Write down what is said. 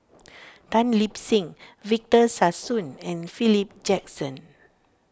Tan Lip Seng Victor Sassoon and Philip Jackson